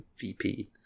VP